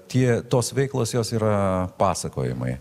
tie tos veiklos jos yra pasakojimai